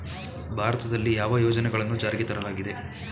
ಭಾರತದಲ್ಲಿ ಯಾವ ಯೋಜನೆಗಳನ್ನು ಜಾರಿಗೆ ತರಲಾಗಿದೆ?